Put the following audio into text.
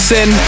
Sin